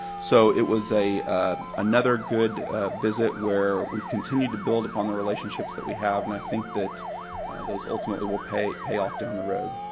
so it was another good visit where we continued to build upon the relationships that we have and i think that those ultimately will pay pay off down the road.